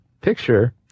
picture